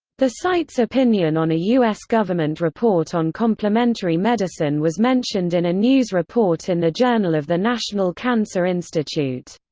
the site's opinion on a us government report on complementary medicine was mentioned in and a news report in the journal of the national cancer institute.